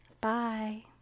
bye